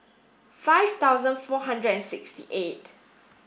five thousand four hundred and sixty eight